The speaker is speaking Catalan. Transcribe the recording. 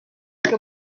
que